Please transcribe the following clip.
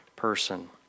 person